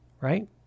right